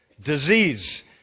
disease